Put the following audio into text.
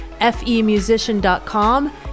femusician.com